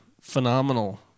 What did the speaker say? phenomenal